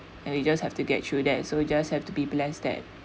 and you just have to get through that so just have to be blessed that